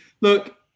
Look